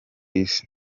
isi